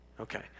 Okay